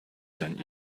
sent